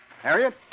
Harriet